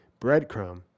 breadcrumb